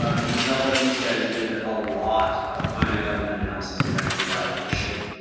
um you could tell that these guys did a lot of finite element analysis to kind of arrive at the shape.